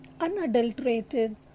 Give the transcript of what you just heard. unadulterated